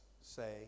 say